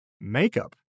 Makeup